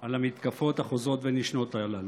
של המתקפות החוזרות ונשנות הללו.